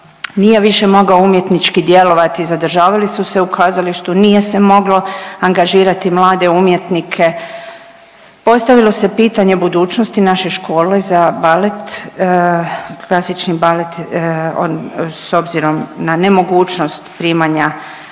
nije više mogao umjetnički djelovati, zadržavali su se u kazalištu, nije se moglo angažirati mlade umjetnike, postavilo se pitanje budućnosti naše škole za balet, klasični balet s obzirom na nemogućnost primanja